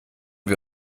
wir